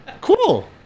cool